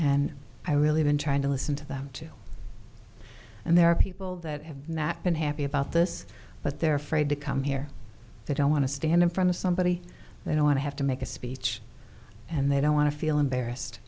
and i really been trying to listen to them too and there are people that have not been happy about this but they're afraid to come here they don't want to stand in front of somebody they don't want to have to make a speech and they don't want to feel embarrassed